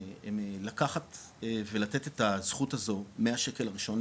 לקחת ולתת את הזכות הזו מהשקל הראשון,